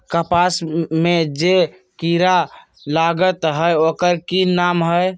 कपास में जे किरा लागत है ओकर कि नाम है?